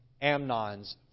Amnon's